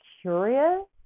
curious